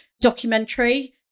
documentary